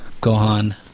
Gohan